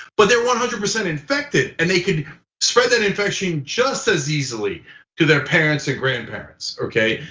but they're one hundred percent infected and they could spread an infection just as easily to their parents and grandparents, okay?